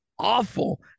Awful